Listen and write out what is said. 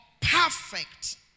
perfect